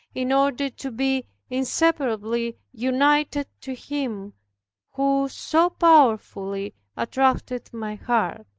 in order to be inseparably united to him who so powerfully attracted my heart.